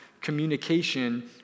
communication